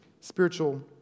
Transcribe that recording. spiritual